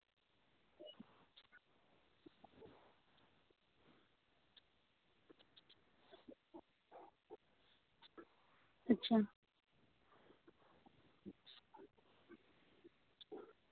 ᱟᱪᱪᱷᱟ